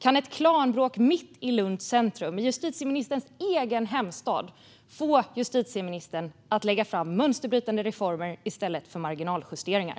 Kan ett klanbråk mitt i Lunds centrum, i justitieministerns egen hemstad, få justitieministern att lägga fram förslag på mönsterbrytande reformer i stället för marginaljusteringar?